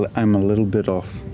ah i'm a little bit off.